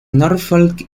norfolk